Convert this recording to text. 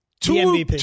Two